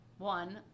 One